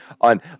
on